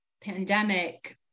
pandemic